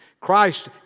Christ